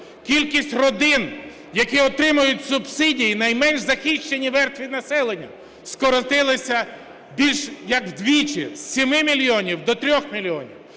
Кількість родин, які отримують субсидії, найменш захищені верстви населення, скоротилася більше як вдвічі, з 7 мільйонів до 3 мільйонів,